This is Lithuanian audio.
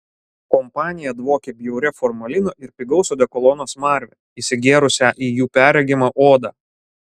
kompanija dvokė bjauria formalino ir pigaus odekolono smarve įsigėrusią į jų perregimą odą